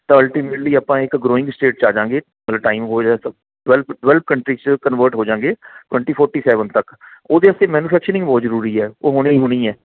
ਤਾਂ ਅਲਟੀਮੇਟਲੀ ਆਪਾਂ ਇੱਕ ਗਰੋਇੰਗ ਸਟੇਟ 'ਚ ਆ ਜਾਵਾਂਗੇ ਟਾਈਮ ਹੋ ਜਾਏ ਟਵੈਲਵ ਟਵੈਲਥ ਕੰਟਰੀ 'ਚ ਕਨਵਰਟ ਹੋ ਜਾਵਾਂਗੇ ਟਵੈਂਟੀ ਫੋਰਟੀ ਸੈਵਨ ਤੱਕ ਉਹਦੇ ਵਾਸਤੇ ਮੈਨੂਫੈਕਚਰਿੰਗ ਬਹੁਤ ਜ਼ਰੂਰੀ ਹੈ ਉਹ ਹੋਣੀ ਹੀ ਹੋਣੀ ਹੈ